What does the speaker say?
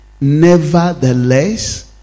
Nevertheless